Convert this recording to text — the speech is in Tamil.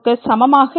சமமாக இருக்கும்